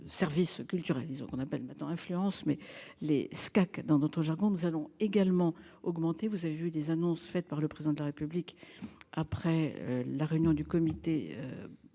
Services culturels. Disons qu'on appelle maintenant influence mais les CKAC dans notre jargon. Nous allons également augmenter, vous avez vu des annonces faites par le président de la République après la réunion du comité.